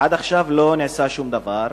עד עכשיו לא נעשה שום דבר.